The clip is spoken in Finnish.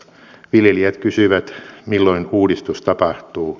viljelijät kysyvät milloin uudistus tapahtuu